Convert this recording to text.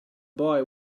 boy